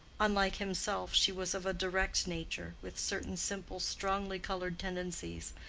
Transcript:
unlike himself she was of a direct nature, with certain simple strongly-colored tendencies,